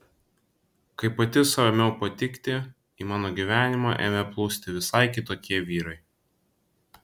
kai pati sau ėmiau patikti į mano gyvenimą ėmė plūsti visai kitokie vyrai